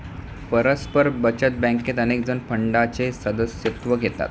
परस्पर बचत बँकेत अनेकजण फंडाचे सदस्यत्व घेतात